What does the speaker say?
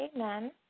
Amen